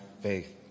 faith